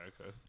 okay